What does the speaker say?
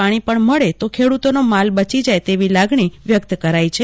પાણી પણ મળે તો ખેડૂતોનો મોલ બચી જાય તેવી લાગણી વ્યક્ત કરાઇ છે